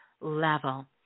level